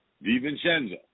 Vincenzo